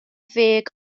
ddeg